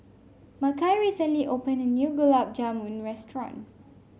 Makai recently opened a new Gulab Jamun restaurant